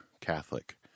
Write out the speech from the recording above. Catholic